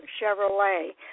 Chevrolet